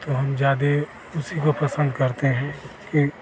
तो हम ज्यादे उसी को पसन्द करते हैं कि